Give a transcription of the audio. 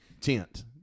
tent